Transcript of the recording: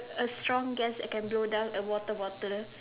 a strong gas that can blow down a water bottle